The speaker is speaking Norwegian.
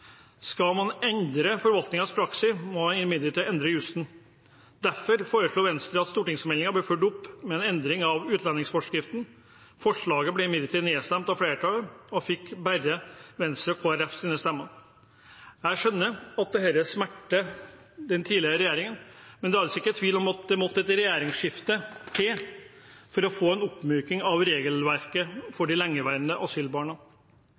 Skal man endre forvaltningens praksis, må man imidlertid endre jussen. Derfor foreslo Venstre at stortingsmeldingen skulle bli fulgt opp med en endring av utlendingsforskriften. Forslaget ble imidlertid nedstemt av flertallet og fikk bare Venstres og Kristelig Folkepartis stemmer. Jeg skjønner at dette smerter den tidligere regjeringen, men det er altså ikke tvil om at det måtte et regjeringsskifte til for å få en oppmyking av regelverket for de lengeværende asylbarna.